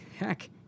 Heck